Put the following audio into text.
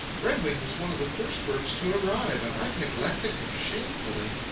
redwing was one of the first birds to arrive, and i've neglected him shamefully.